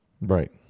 Right